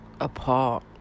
apart